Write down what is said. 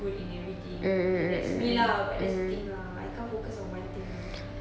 good in everything and that's me lah but that's the thing lah I can't focus on one thing lah